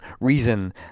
reason